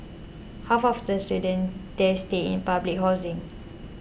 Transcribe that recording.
half of the students there stay in public housing